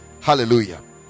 Hallelujah